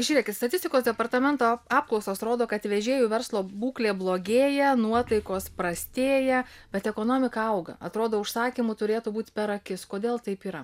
žiūrėkit statistikos departamento apklausos rodo kad vežėjų verslo būklė blogėja nuotaikos prastėja bet ekonomika auga atrodo užsakymų turėtų būti per akis kodėl taip yra